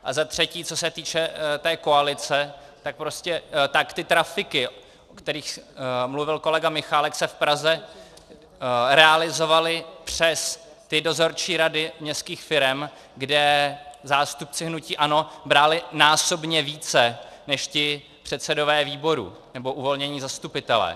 A za třetí, co se týče té koalice, tak prostě trafiky, o kterých mluvil kolega Michálek, se v Praze realizovaly přes dozorčí rady městských firem, kde zástupci hnutí ANO brali násobně více než ti předsedové výborů nebo uvolnění zastupitelé.